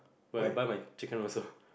where I buy my chicken also